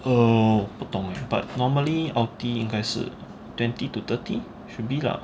err 不懂 leh but normally ultimate 应该是 twenty to thirty should be lah